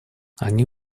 они